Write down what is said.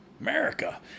America